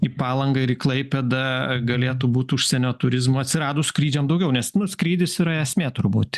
į palangą ir į klaipėdą galėtų būt užsienio turizmo atsiradus skrydžiam daugiau nes nu skrydis yra esmė turbūt